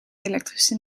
elektrische